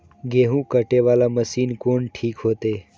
गेहूं कटे वाला मशीन कोन ठीक होते?